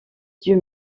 dieu